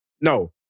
No